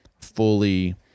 fully